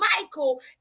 Michael